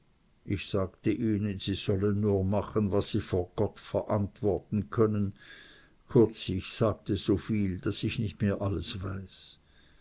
ich sagte ihnen sie sollen nur machen was sie vor gott verantworten können kurz ich sagte so viel daß ich nicht mehr alles weiß